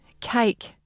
cake